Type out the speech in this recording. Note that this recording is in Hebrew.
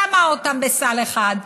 שמה אותם בסל אחד,